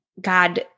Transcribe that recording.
God